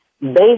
based